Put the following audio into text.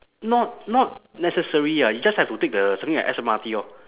not not necessary ah you just have to take the something like S_M_R_T orh